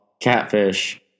catfish